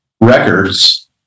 records